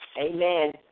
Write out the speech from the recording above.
Amen